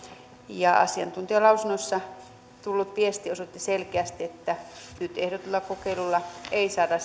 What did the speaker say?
ja asiantuntijalausunnoissa tullut viesti osoitti selkeästi että nyt ehdotetulla kokeilulla ei saada